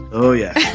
oh yeah!